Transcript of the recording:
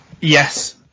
yes